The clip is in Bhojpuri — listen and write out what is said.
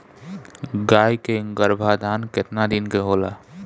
गाय के गरभाधान केतना दिन के होला?